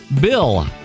Bill